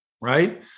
right